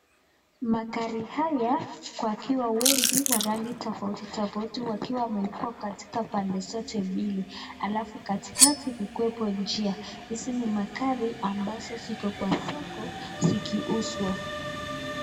Magari haya wakiwa wengi wa rangi tofautitofauti wakiwa wamewekwa katika pande zote mbili halafu katikati kuwepo njia. Hizi ni magari ambazo ziko kwa soko zikiuzwa.